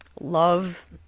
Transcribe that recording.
love